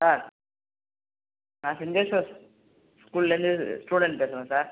sir நான் Saint Joseph ஸ்கூலேருந்து student பேசுகிறேன் சார்